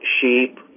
sheep